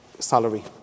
Salary